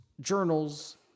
journals